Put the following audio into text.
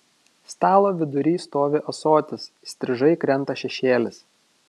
stalo vidury stovi ąsotis įstrižai krenta šešėlis